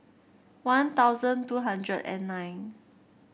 One Thousand two hundred and nine